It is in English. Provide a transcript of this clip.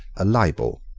a libel.